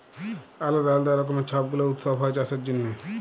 আলদা আলদা রকমের ছব গুলা উৎসব হ্যয় চাষের জনহে